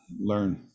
learn